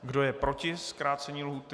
Kdo je proti zkrácení lhůty?